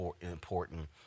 important